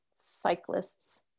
cyclists